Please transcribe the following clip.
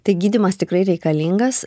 tai gydymas tikrai reikalingas